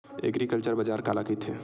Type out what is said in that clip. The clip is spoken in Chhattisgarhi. एग्रीबाजार काला कइथे?